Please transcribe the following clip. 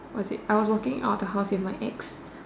what was it I was walking out of the house with my ex